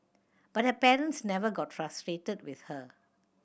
but her parents never got frustrated with her